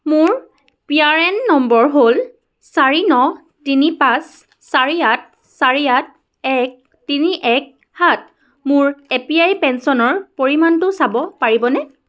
মোৰ P R N number হ'ল চাৰি ন তিনি পাঁচ চাৰি আঠ চাৰি আঠ এক তিনি এক সাত মোৰ এ পি ৱাই পেঞ্চনৰ পৰিমাণটো চাব পাৰিবনে